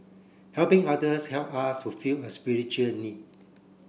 helping others help us fulfil a spiritual need